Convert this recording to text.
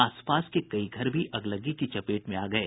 आसपास के कई घर भी अगलगी की चपेट में आ गये